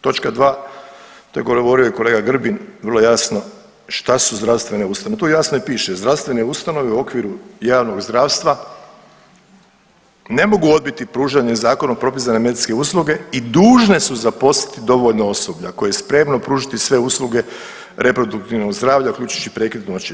Točka 2, to je govorio i kolega Grbin vrlo jasno šta su zdravstvene ustanove, tu jasno i piše zdravstvene ustanove u okviru javnog zdravstva ne mogu odbiti pružanje zakonom propisane medicinske usluge i dužne su zaposliti dovoljno osoblja koje je spremno pružiti sve usluge reproduktivnog zdravlja uključujući i prekid trudnoće.